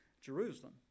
Jerusalem